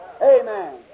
Amen